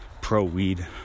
pro-weed